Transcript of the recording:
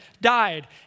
died